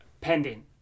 Pending